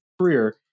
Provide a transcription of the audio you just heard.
career